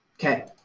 ok,